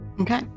Okay